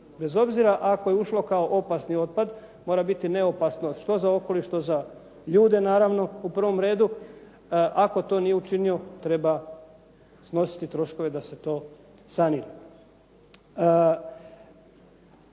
bez obzira ako je ušlo kao opasni otpad mora bit neopasno što za okoliš, što za ljude naravno u prvom redu, ako to nije učinio treba snositi troškove da se to sanira.